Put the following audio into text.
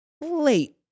late